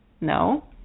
No